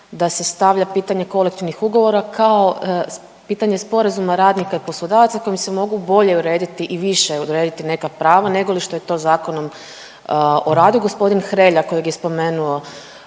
da se stavlja pitanje kolektivnih ugovora kao pitanje sporazuma radnika i poslodavaca kojim se mogu bolje urediti i više urediti neka prava negoli što je to ZOR-om. Gospodin Hrelja kojeg je spomenuo